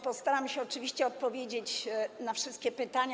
Postaram się oczywiście odpowiedzieć na wszystkie pytania.